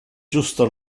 justo